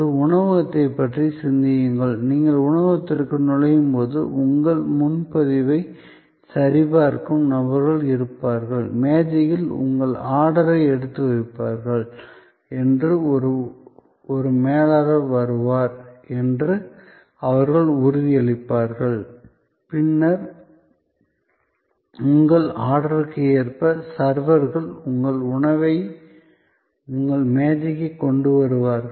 ஒரு உணவகத்தைப் பற்றி சிந்தியுங்கள் நீங்கள் உணவகத்திற்குள் நுழையும்போது உங்கள் முன்பதிவைச் சரிபார்க்கும் நபர்கள் இருப்பார்கள் மேஜையில் உங்கள் ஆர்டரை எடுப்பார்கள் என்று ஒரு மேலாளர் வருவார் என்று அவர்கள் உறுதியளிப்பார்கள் பின்னர் உங்கள் ஆர்டருக்கு ஏற்ப சர்வர்கள் உங்கள் உணவை உங்கள் மேசைக்கு கொண்டு வருவார்கள்